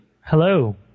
Hello